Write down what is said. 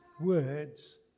words